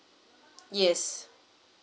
yes